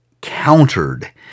countered